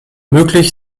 möglich